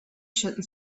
shooting